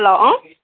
hello